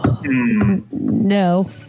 No